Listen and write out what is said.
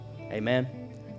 Amen